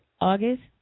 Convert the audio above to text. August